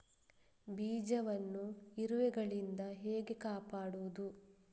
ಬೀಜವನ್ನು ಇರುವೆಗಳಿಂದ ಹೇಗೆ ಕಾಪಾಡುವುದು?